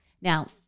Now